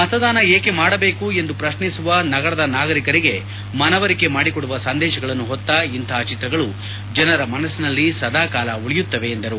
ಮತದಾನ ಏಕೆ ಮಾಡಬೇಕು ಎಂದು ಪ್ರತ್ನಿಸುವ ನಗರದ ನಾಗರೀಕರಿಗೆ ಮನವರಿಕೆ ಮಾಡಿಕೊಡುವ ಸಂದೇಶಗಳನ್ನು ಹೊತ್ತ ಇಂತಹ ಚಿತ್ರಗಳು ಜನರ ಮನಸ್ಸಿನಲ್ಲಿ ಸದಾ ಕಾಲ ಉಳಿಯುತ್ತದೆ ಎಂದರು